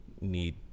need